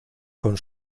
con